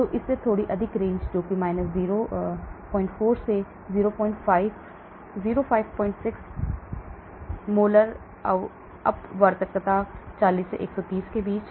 तो इसने थोड़ी अधिक रेंज 04 से 056 दी मोलर अपवर्तकता 40 से 130 के बीच